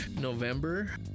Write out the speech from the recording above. November